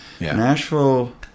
Nashville